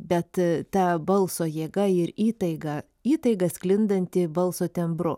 bet ta balso jėga ir įtaiga įtaiga sklindanti balso tembru